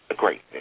Great